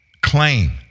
claim